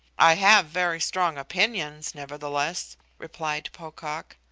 i have very strong opinions, nevertheless, replied pocock.